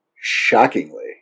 Shockingly